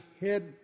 head